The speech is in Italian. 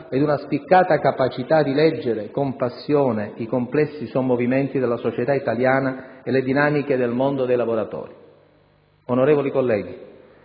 e da una spiccata capacità di leggere con passione i complessi sommovimenti della società italiana e le dinamiche del mondo dei lavoratori. Onorevoli colleghi,